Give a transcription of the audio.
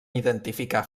identificar